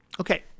Okay